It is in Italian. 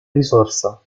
risorsa